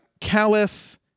callous